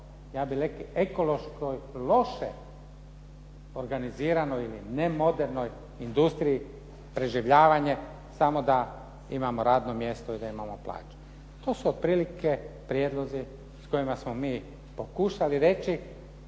ja bih rekao ekološkoj loše organiziranoj ili nemodernoj industriji preživljavanje samo da imamo radno mjesto i da imamo plaću. To su otprilike prijedlozi s kojima smo mi pokušali reći